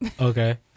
okay